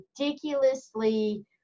ridiculously